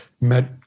Met